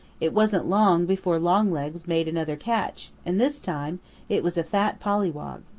it wasn't long before longlegs made another catch and this time it was a fat pollywog.